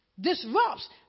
disrupts